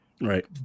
Right